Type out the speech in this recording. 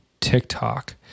TikTok